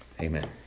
Amen